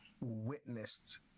witnessed